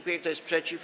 Kto jest przeciw?